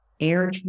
air